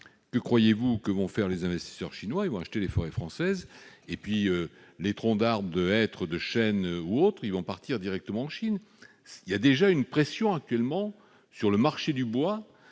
Que croyez-vous que vont faire les investisseurs chinois ? Acheter les forêts françaises ! Et les troncs de hêtres, de chênes ou d'autres arbres partiront directement en Chine. Il y a une pression, actuellement, sur le marché du bois,